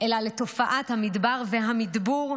אלא לתופעת המדבר והמדבור,